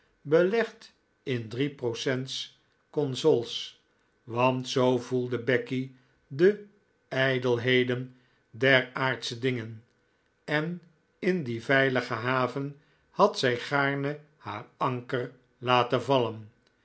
belegd in drie procent consols want zoo voelde becky de ijdelheden der aardsche dingen en in die veilige haven had zij gaarne haar anker laten vallen